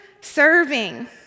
serving